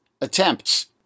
attempts